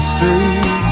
Street